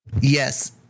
Yes